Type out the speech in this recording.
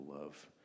love